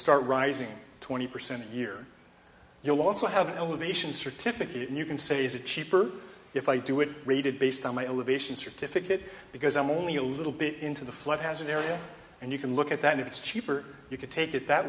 start rising twenty percent a year you'll also have an elevation certificate and you can say is it cheaper if i do it rated based on my elevation certificate because i'm only a little bit into the flood has an area and you can look at that if it's cheaper you could take it that